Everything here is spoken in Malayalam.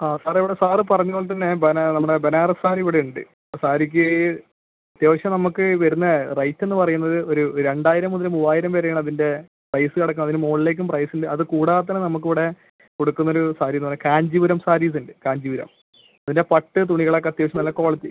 ആ സാറേ ഇവിടെ സാർ പറഞ്ഞതുപോലെ തന്നെ നമ്മുടെ ബനാറസ് സാരി ഇവിടെയുണ്ട് സാരിക്ക് അത്യാവശ്യം നമുക്ക് വരുന്ന റേറ്റ് എന്ന് പറയുന്നത് ഒരു രണ്ടായിരം മുതൽ മൂവായിരം വരെയാണ് അതിൻ്റെ പ്രൈസ് കിടക്കുക അതിന് മുകളിലേക്കും പ്രൈസ് ഉണ്ട് അത് കൂടാതെ തന്നെ നമുക്ക് ഇവിടെ കൊടുക്കുന്നൊരു സാരി എന്ന് പറഞ്ഞാൽ കാഞ്ചീപുരം സാരീസ് ഉണ്ട് കാഞ്ചീപുരം പിന്നെ പട്ട് തുണികളൊക്കെ അത്യാവശ്യം നല്ല ക്വാളിറ്റി